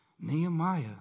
Nehemiah